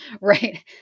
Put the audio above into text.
right